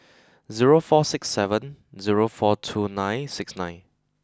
zero four six seven zero four two nine six nine